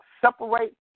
Separate